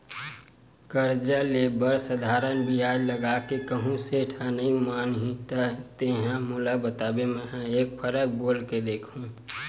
करजा ले बर साधारन बियाज लगा के कहूँ सेठ ह नइ मानही त तेंहा मोला बताबे मेंहा एक फरक बोल के देखहूं